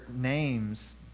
names